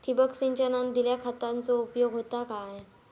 ठिबक सिंचनान दिल्या खतांचो उपयोग होता काय?